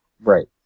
right